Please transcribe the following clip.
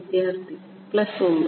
വിദ്യാർത്ഥി പ്ലസ് 1